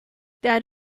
that